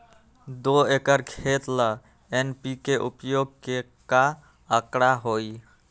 दो एकर खेत ला एन.पी.के उपयोग के का आंकड़ा होई?